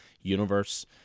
universe